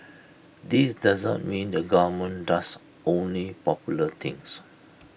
this doesn't mean the government does only popular things